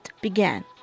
began